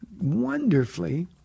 wonderfully